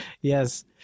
Yes